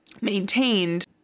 maintained